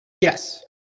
yes